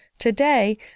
Today